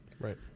Right